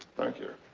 thank you.